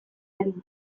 arin